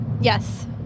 Yes